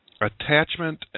attachment